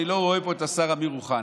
אבל אני לא רואה פה את השר אמיר אוחנה.